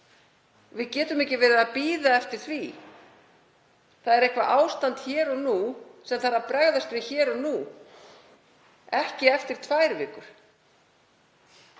Við getum ekki verið að bíða eftir því. Það er ástand hér og nú sem bregðast þarf við hér og nú, ekki eftir tvær vikur.